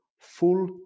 full